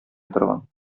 торган